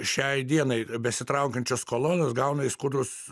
šiai dienai besitraukiančios kolonos gauna į skudurus